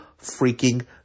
freaking